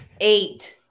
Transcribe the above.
eight